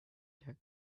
that